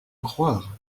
croire